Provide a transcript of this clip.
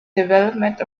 development